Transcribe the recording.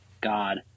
God